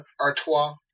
Artois